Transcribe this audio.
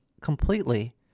completely